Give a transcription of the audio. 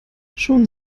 schon